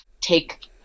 take